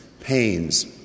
pains